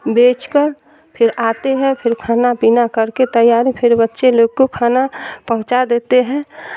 بیچ کر پھر آتے ہیں پھر کھانا پینا کر کے تیاری پھر بچے لوگ کو کھانا پہنچا دیتے ہیں